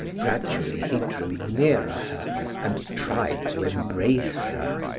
gradually he drew nearer her and tried to embrace her.